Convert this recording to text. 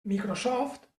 microsoft